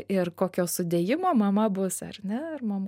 ir kokio sudėjimo mama bus ar ne ar mum